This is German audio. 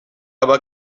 aber